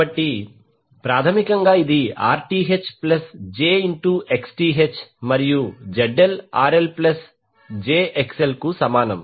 కాబట్టి ప్రాథమికంగా ఇది Rth ప్లస్ j XTh మరియు ZL RL plus j XL కు సమానం